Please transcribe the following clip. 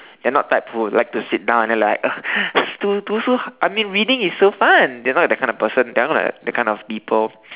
they're not types who like to sit down and they're like uh 图~图书:tu~ tu shu I mean reading is so fun they're not that kind of person they're not that kind of people